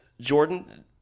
Jordan